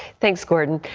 thanks gordon.